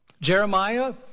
Jeremiah